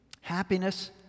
happiness